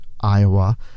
Iowa